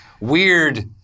weird